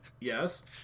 yes